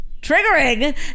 triggering